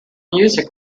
music